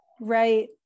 Right